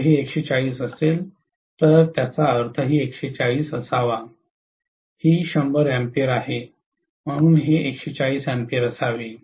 तर हे 140 असेल तर त्याचा अर्थही 140 असावा ही 100 A आहे म्हणून हे 140 A असावे